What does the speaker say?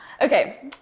Okay